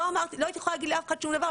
לא הייתי יכולה להגיד לאף אחד שום דבר.